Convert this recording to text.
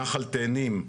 נחל תאנים,